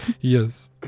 Yes